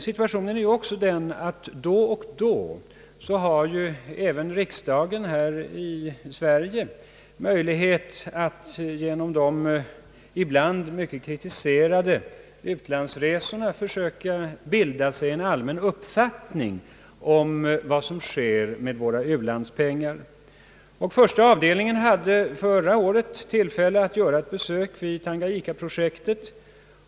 Situationen är ju dock den att även riksdagen här i Sverige då och då har möjlighet att genom de ibland mycket kritiserade utlandsresorna försöka bilda sig en allmän uppfattning om vad som sker med våra u-landspengar. Statsutskottets första avdelning hade förra året tillfälle att göra ett besök vid Tanganyika-projektet.